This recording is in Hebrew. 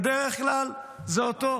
בדרך כלל זה עוד טוב,